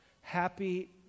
Happy